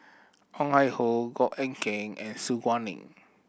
Ong Ah Hoi Goh Eck Kheng and Su Guaning